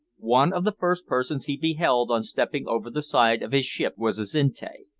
one of the first persons he beheld on stepping over the side of his ship was azinte.